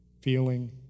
feeling